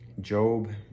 Job